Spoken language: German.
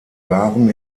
waren